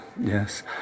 yes